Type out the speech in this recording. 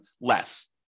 less